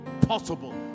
Possible